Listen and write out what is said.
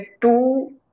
two